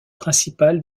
principales